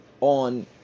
on